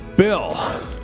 Bill